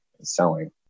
Selling